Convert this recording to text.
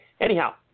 Anyhow